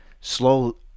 slow